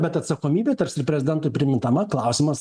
bet atsakomybė tarsi prezidentui primindama klausimas